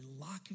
locking